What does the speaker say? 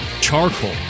charcoal